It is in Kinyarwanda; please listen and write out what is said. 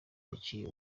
yaciye